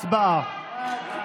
הצבעה.